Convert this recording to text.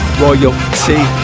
royalty